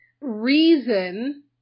reason